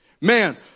Man